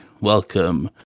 Welcome